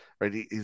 right